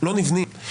לא נבנים.